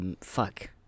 Fuck